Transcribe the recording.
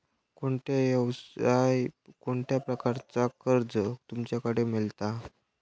कोणत्या यवसाय कोणत्या प्रकारचा कर्ज तुमच्याकडे मेलता?